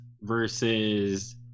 versus